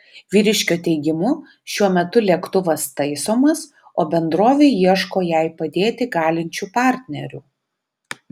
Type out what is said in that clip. vyriškio teigimu šiuo metu lėktuvas taisomas o bendrovė ieško jai padėti galinčių partnerių